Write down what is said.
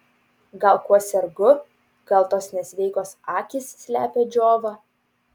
gal kuo sergu gal tos nesveikos akys slepia džiovą